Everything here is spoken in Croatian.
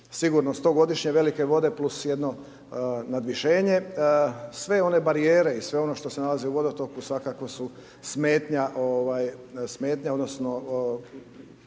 sigurno 100-godišnje velike vode plus jedno nadvišenje. Sve one barijere i sve ono što se nalazi u vodotoku, svakako su smetnja, ovaj,